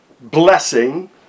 blessing